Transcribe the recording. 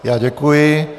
Já děkuji.